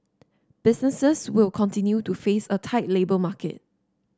businesses will continue to face a tight labour market